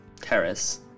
Terrace